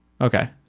Okay